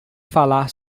falar